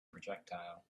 projectile